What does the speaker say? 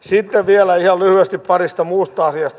sitten vielä ihan lyhyesti parista muusta asiasta